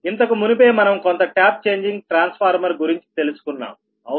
ఇంతకుమునుపే మనం కొంత tap changing transformer గురించి తెలుసుకున్నాము అవునా